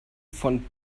von